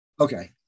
okay